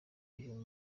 uyu